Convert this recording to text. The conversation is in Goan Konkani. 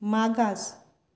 मागास